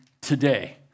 today